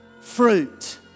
fruit